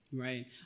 right